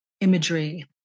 imagery